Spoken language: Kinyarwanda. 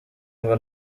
ngo